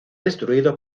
destruido